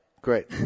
Great